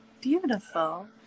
beautiful